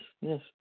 yes